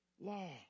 law